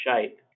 shape